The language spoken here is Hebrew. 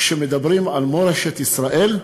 כשמדברים על מורשת ישראל,